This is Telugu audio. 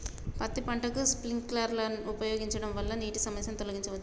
పత్తి పంటకు స్ప్రింక్లర్లు ఉపయోగించడం వల్ల నీటి సమస్యను తొలగించవచ్చా?